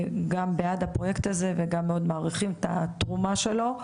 גם בעד הפרויקט הזה וגם מאוד מעריכים את התרומה שלו.